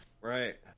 Right